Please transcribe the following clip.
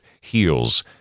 heals